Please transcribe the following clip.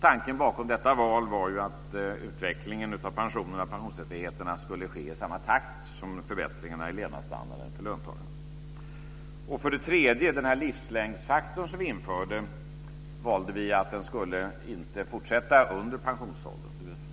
Tanken bakom detta val var att utvecklingen av pensionerna och pensionsrättigheterna skulle ske i samma takt som förbättringarna i levnadsstandarden för löntagarna. Vi valde att se till att den livslängdsfaktor som vi införde inte skulle finnas kvar under pensionsåldern.